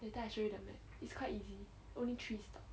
later I show you the map it's quite easy only three stops